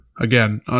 again